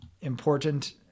important